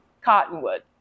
cottonwood